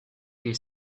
qu’il